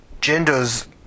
genders